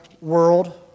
world